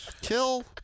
kill